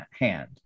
hand